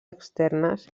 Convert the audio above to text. externes